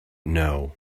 know